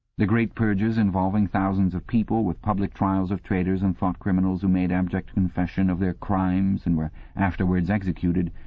the great purges involving thousands of people, with public trials of traitors and thought-criminals who made abject confession of their crimes and were afterwards executed,